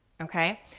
okay